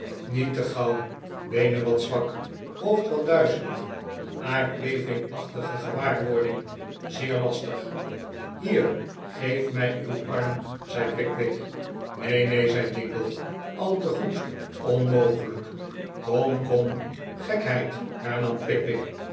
niet te gauw beenen wat zwak hoofd wat duizelig aardbevingachtige gewaarwording zeer lastig hier geef mij uw arm zei pickwick neen neen zei jingle a te goed onmogelijk kom kom gekheid hernam pickwick